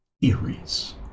theories